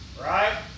Right